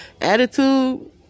attitude